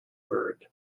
bird